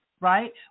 right